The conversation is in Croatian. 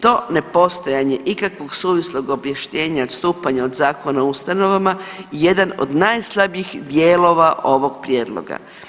To nepostojanje ikakvog suvislog objašnjenja odstupanja od Zakona o ustanovama je jedan od najslabijih dijelova ovog prijedloga.